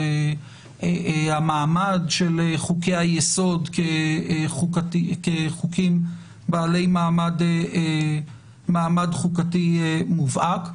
של המעמד של חוקי-היסוד כחוקים בעלי מעמד חוקתי מובהק,